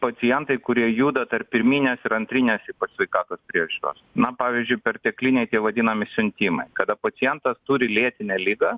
pacientai kurie juda tarp pirminės ir antrinės ypač sveikatos priežiūros na pavyzdžiui pertekliniai tie vadinami siuntimai kada pacientas turi lėtinę ligą